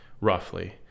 roughly